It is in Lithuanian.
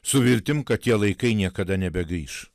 su viltim kad tie laikai niekada nebegrįš